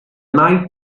night